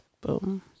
boom